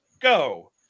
go